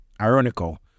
Ironical